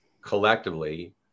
collectively